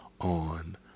on